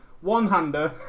one-hander